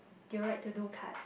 do you like to do cards